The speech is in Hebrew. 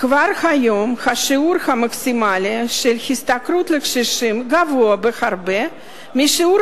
כבר היום השיעור המקסימלי של השתכרות קשישים גבוה בהרבה מהשיעור